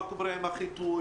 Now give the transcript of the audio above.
מה קורה עם החיטוי,